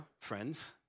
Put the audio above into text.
friends